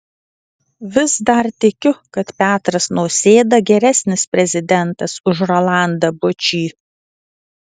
vis dar tikiu kad petras nausėda geresnis prezidentas už rolandą bučį